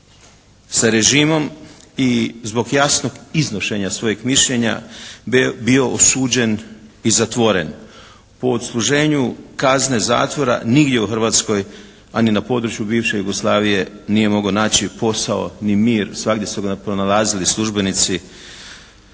sa režimom i zbog jasnog iznošenja svojeg mišljenja bio osuđen i zatvoren. Po odsluženju kazne zatvora nigdje u Hrvatskoj a ni na području bivše Jugoslavije nije mogao naći posao ni mir. Svagdje su ga pronalazili službenici